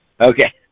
Okay